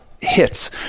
hits